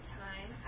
time